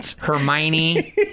Hermione